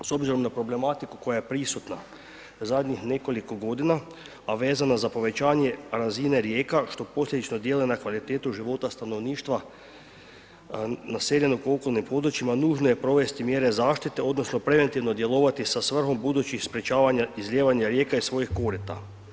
S obzirom na problematiku koja je prisutna zadnjih nekoliko godina, a vezano za povećanje razine rijeka, što posljedično djeluje na kvalitetu života stanovništva naseljenog u okolnim područjima, nužno je provesti mjere zaštite odnosno preventivno djelovati sa svrhom budućih sprječavanja izlijevanja rijeka iz svojih korita.